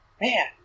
man